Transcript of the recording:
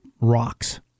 rocks